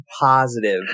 positive